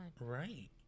right